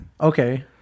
Okay